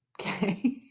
Okay